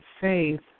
faith